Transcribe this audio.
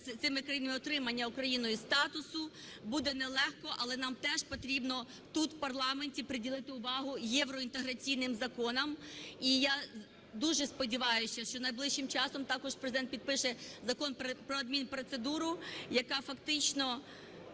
цими країнами отримання Україною статусу. Буде нелегко, але нам теж потрібно тут в парламенті приділити увагу євроінтеграційним законам. І я дуже сподіваюся, що найближчим часом також Президент підпише Закон про адмінпроцедуру, яка фактично